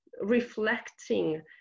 reflecting